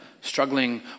struggling